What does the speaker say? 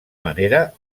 manera